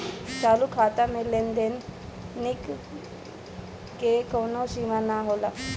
चालू खाता में दैनिक लेनदेन के कवनो सीमा ना होला